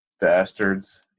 Bastards